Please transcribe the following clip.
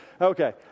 Okay